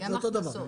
זה אותו דבר.